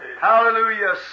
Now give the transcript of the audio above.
Hallelujah